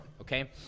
okay